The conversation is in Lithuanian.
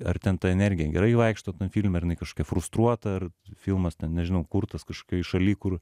ar ten ta energija gerai vaikšto filme ar jinai kažkokia frustruota ar filmas ten nežinau kurtas kažkioj šaly kur